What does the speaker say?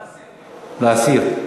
להסיר.